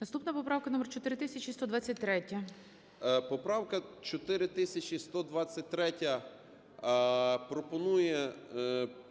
Наступна поправка - номер 4123. 17:34:52 СИДОРОВИЧ Р.М. Поправка 4123 пропонує